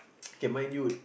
can mine do it